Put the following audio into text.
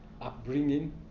upbringing